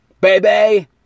baby